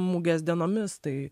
mugės dienomis tai